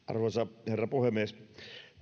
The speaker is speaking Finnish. arvoisa herra puhemies